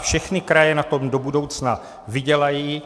Všechny kraje na tom do budoucna vydělají.